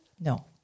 no